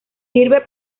sirve